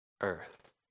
earth